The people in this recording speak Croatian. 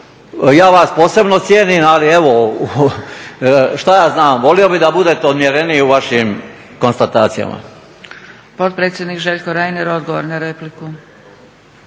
Ja vas posebno cijenim ali šta ja znam, volio bih da budete odmjereniji u vašim konstatacijama.